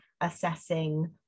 assessing